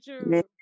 true